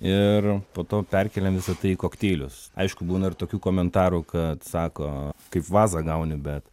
ir po to perkėlėm visa tai į kokteilius aišku būna ir tokių komentarų kad sako kaip vazą gauni bet